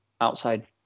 outside